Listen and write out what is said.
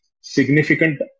significant